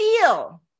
feel